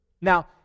Now